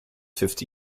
fifty